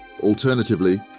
Alternatively